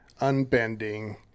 unbending